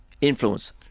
influence